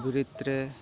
ᱵᱤᱨᱤᱫᱽᱨᱮ